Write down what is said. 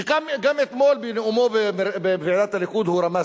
שגם אתמול בנאומו בוועידת הליכוד רמז